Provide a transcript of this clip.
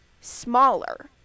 smaller